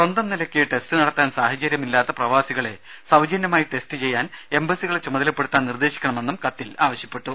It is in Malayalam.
സ്വന്തം നിലയ്ക്ക് ടെസ്റ്റ് നടത്തുവാൻ സാഹചര്യമില്ലാത്ത പ്രവാസികളെ സൌജന്യമായി ടെസ്റ്റ് ചെയ്യുവാൻ എംബസികളെ ചുമതലപ്പെടുത്താൻ നിർദേശിക്കണമെന്നും കത്തിൽ ആവശ്യപ്പെട്ടു